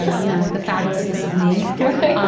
you know, the fabulousness of me right